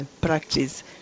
practice